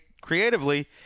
creatively